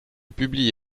publie